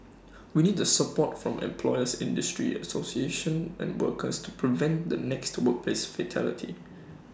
we need the support from employers industry association and workers to prevent the next workplace fatality